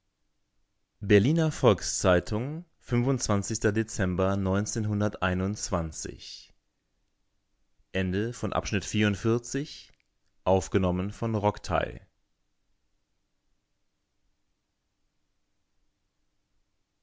berliner volks-zeitung dezember